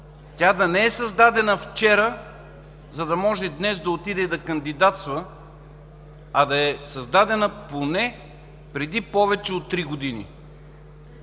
тя да не е създадена вчера, за да може днес да отиде и да кандидатства, а да е създадена поне преди повече от три години.